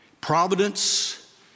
providence